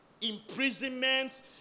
Imprisonment